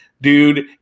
Dude